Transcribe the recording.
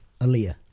Aaliyah